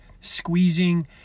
squeezing